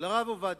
לרב עובדיה.